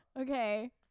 Okay